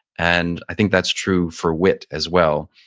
and i think that's true for wit as well.